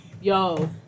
Yo